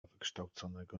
wykształconego